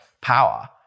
power